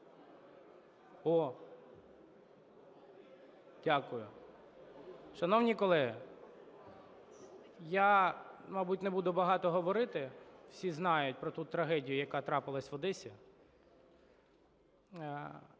Дякую. Шановні колеги, я, мабуть, не буду багато говорити. Всі знають про ту трагедію, яка трапилась в Одесі.